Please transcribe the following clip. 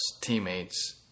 teammates